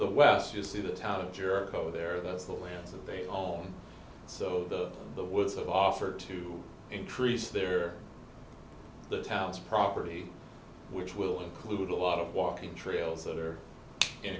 the west you see the town of jericho there that's the land they own so the the woods have offered to increase their town's property which will include a lot of walking trails that are in